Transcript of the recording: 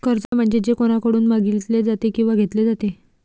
कर्ज म्हणजे जे कोणाकडून मागितले जाते किंवा घेतले जाते